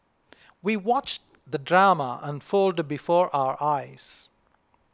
we watched the drama unfold before our eyes